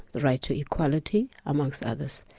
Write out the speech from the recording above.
the right to equality, amongst others.